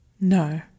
No